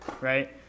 right